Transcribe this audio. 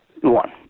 One